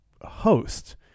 host